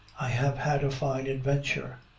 i have had a fine adventure.